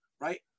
right